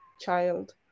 child